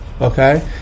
okay